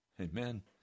Amen